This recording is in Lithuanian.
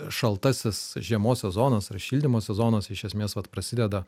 šaltasis žiemos sezonas ar šildymo sezonas iš esmės vat prasideda